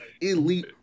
elite